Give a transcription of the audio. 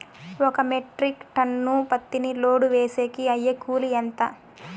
ఒక metric ton పత్తిని load వేసేకి అయ్యే కూలి ఎంత?